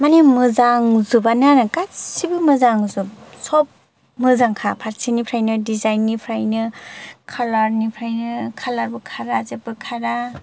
माने मोजांजोबानो आरो गासैबो मोजां जोब सब मोजांखा फारसेनिफ्रायनो डिजाइननिफ्रायनो खालारनिफ्रायनो खालारबो खारा जेबो खारा